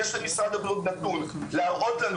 ואם יש למשרד הבריאות נתון להראות לנו